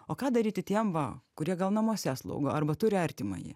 o ką daryti tiem va kurie gal namuose slaugo arba turi artimąjį